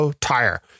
tire